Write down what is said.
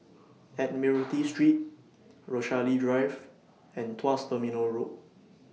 Admiralty Street Rochalie Drive and Tuas Terminal Road